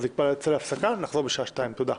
אז נצא להפסקה ונחזור בשעה 14:00. תודה.